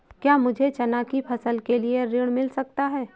क्या मुझे चना की फसल के लिए ऋण मिल सकता है?